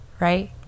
right